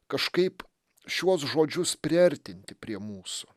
kažkaip šiuos žodžius priartinti prie mūsų